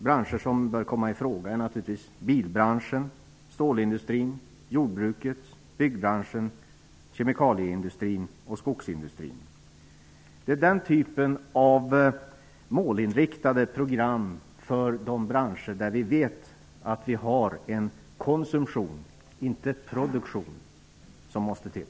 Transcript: Branscher som bör komma i fråga är naturligtvis bilbranschen, stålindustrin, jordbruket, byggbranschen, kemikalieindustrin och skogsindustrin. Det är den typen av målinriktade program för de branscher där vi vet att vi har en konsumtion, inte produktion, som måste till.